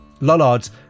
Lollards